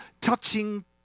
touching